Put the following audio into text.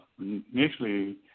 initially